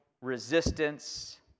resistance